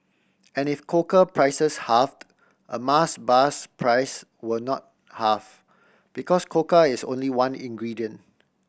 and if cocoa prices halved a Mars bar's price will not halve because cocoa is only one ingredient